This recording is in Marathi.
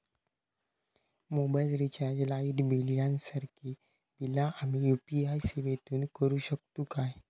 मोबाईल रिचार्ज, लाईट बिल यांसारखी बिला आम्ही यू.पी.आय सेवेतून करू शकतू काय?